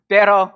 Pero